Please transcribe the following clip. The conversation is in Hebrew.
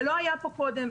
זה לא היה פה קודם,